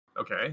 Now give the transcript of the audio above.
Okay